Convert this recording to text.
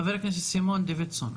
חבר הכנסת סימון דוידסון,